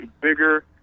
bigger